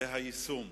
זה היישום,